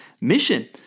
mission